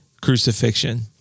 crucifixion